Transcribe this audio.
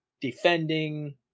defending –